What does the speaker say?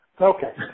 Okay